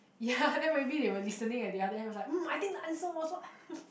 ya then maybe they were listening at the other end is like mm I think the answer also